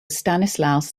stanislaus